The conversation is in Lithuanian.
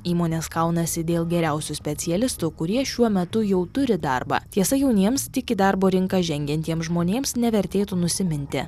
įmonės kaunasi dėl geriausių specialistų kurie šiuo metu jau turi darbą tiesa jauniems tik į darbo rinką žengiantiems žmonėms nevertėtų nusiminti